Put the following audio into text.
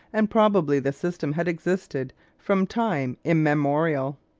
and probably the system had existed from time immemorial.